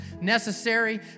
necessary